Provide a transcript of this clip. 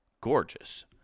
Gorgeous